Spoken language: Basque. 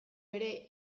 ere